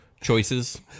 Choices